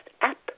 app